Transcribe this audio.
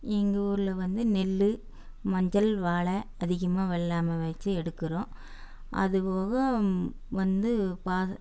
எங்கள் ஊரில் வந்து நெல் மஞ்சள் வாழை அதிகமாக வெள்ளாமை வெச்சு எடுக்கறோம் அதுப்போக வந்து பாத